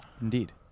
indeed